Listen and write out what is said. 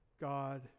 God